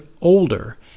older